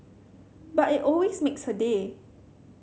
but it always makes her day